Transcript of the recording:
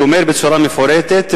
שאומר בצורה מפורטת,